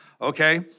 okay